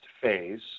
phase